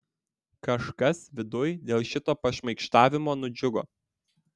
kažkas viduj dėl šito pašmaikštavimo nudžiugo